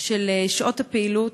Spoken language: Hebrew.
של שעות הפעילות.